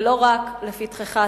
ולא רק לפתחך,